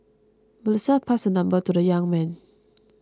Melissa passed her number to the young man